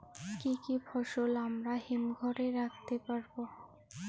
কি কি ফসল আমরা হিমঘর এ রাখতে পারব?